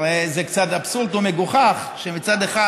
הרי זה קצת אבסורד ומגוחך שמצד אחד